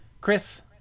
Chris